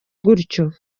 gutyo